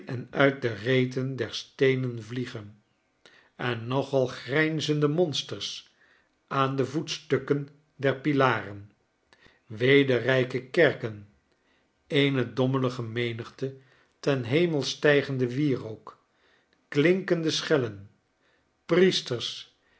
en uit de reten der steenen vliegen en nogal grijnzende monsters aan de voetstukken der pilaren weder rijke kerken eene dommelige menigte ten hemel stijgende wierook klinkende schellen priesters